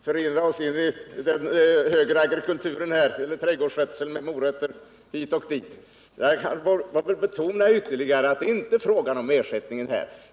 Herr talman! Vi skall väl inte förirra oss i den högre agrikulturen eller trädgårdsskötseln med morötter hit och dit. Jag vill ytterligare betona att det är inte fråga om ersättningen.